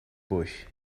bush